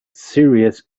serious